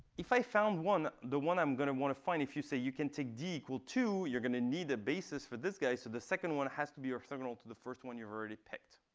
if i found one the one i'm going to want to find if you say you can take d equal two, you're going to need the basis for this guy. so the second one has to be orthogonal to the first one you've already picked.